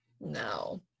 no